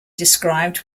described